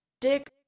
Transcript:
dick